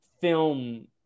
film